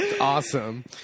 awesome